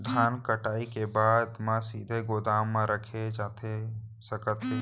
धान कटाई के बाद का सीधे गोदाम मा रखे जाथे सकत हे?